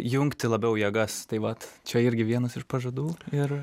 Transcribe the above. jungti labiau jėgas tai vat čia irgi vienas iš pažadų ir